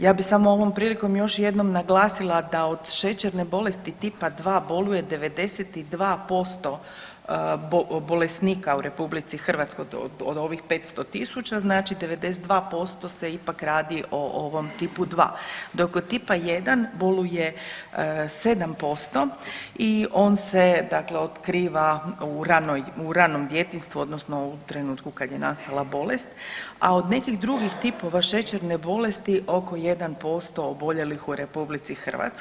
Ja bih samo ovom prilikom još jednom naglasila da od šećerne bolesti tipa 2 boluje 92% bolesnika u RH od ovih 500 tisuća, znači 92% se ipak radi o ovom tipu 2, dok od tipa 1 boluje 7% i on se otkriva u ranom djetinjstvu odnosno u trenutku kad je nastala bolest, a od nekih drugih tipova šećerne bolesti oko 1% oboljelih u RH.